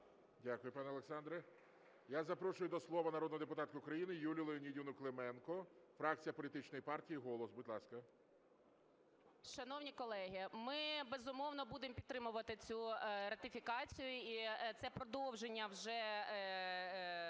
Дякую, пане Олександре. Я запрошую до слова народного депутата України Юлію Леонідівну Клименко, фракція політичної партії "Голос". Будь ласка. 10:21:10 КЛИМЕНКО Ю.Л. Шановні колеги, ми, безумовно, будемо підтримувати цю ратифікацію, і це продовження вже